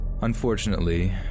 Unfortunately